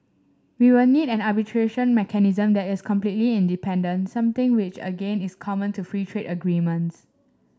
we will need an arbitration mechanism that is completely independent something which again is common to free trade agreements